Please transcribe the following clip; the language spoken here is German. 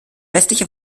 westliche